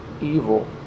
evil